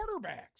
quarterbacks